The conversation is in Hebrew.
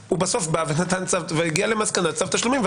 והוא בסוף בא והגיע למסקנה של צו תשלומים,